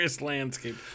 landscape